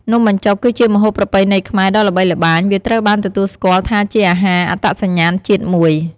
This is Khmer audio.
នំបញ្ចុក គឺជាម្ហូបប្រពៃណីខ្មែរដ៏ល្បីល្បាញ វាត្រូវបានទទួលស្គាល់ថាជាអាហារអត្តសញ្ញាណជាតិមួយ។